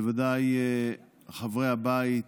בוודאי חברי הבית,